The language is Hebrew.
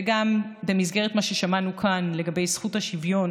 וגם במסגרת מה ששמענו כאן לגבי זכות השוויון